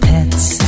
Pets